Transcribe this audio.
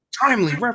timely